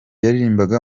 yaririmbaga